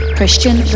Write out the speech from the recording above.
Christian